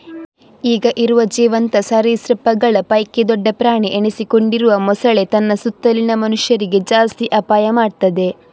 ಈಗ ಇರುವ ಜೀವಂತ ಸರೀಸೃಪಗಳ ಪೈಕಿ ದೊಡ್ಡ ಪ್ರಾಣಿ ಎನಿಸಿಕೊಂಡಿರುವ ಮೊಸಳೆ ತನ್ನ ಸುತ್ತಲಿನ ಮನುಷ್ಯರಿಗೆ ಜಾಸ್ತಿ ಅಪಾಯ ಮಾಡ್ತದೆ